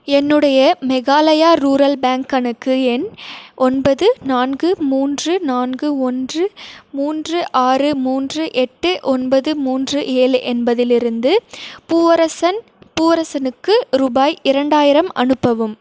என்னுடைய Meghalaya rural bank கணக்கு எண் ஒன்பது நான்கு மூன்று நான்கு ஒன்று மூன்று ஆறு மூன்று எட்டு ஒன்பது மூன்று ஏழு என்பதிலிருந்து பூவரசன் பூவரசனுக்கு ரூபாய் இரண்டாயிரம் அனுப்பவும்